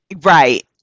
Right